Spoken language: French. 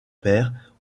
père